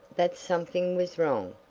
that something was wrong?